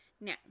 Now